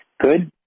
good